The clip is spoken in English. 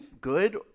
good